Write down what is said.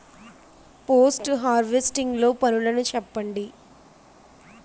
Post harvesting లో పనులను చెప్పండి?